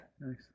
Nice